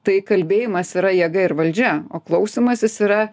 tai kalbėjimas yra jėga ir valdžia o klausymasis yra